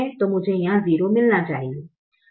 तो मुझे यहां 0 मिलना चाहिए